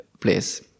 place